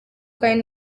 kandi